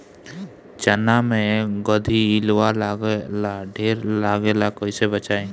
चना मै गधयीलवा लागे ला ढेर लागेला कईसे बचाई?